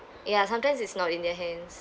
ya sometimes it's not in their hands